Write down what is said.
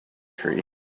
tree